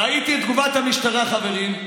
ראיתי את תגובת המשטרה, חברים,